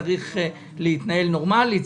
צריך להתנהל נורמלי,